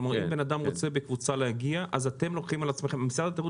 כלומר אם אדם רוצה להגיע בקבוצה אז אתם במשרד התיירות